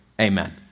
Amen